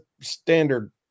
standard